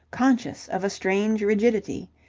conscious of a strange rigidity.